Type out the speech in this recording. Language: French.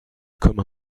comme